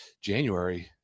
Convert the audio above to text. january